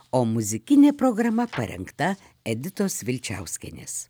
o muzikinė programa parengta editos vilčiauskienės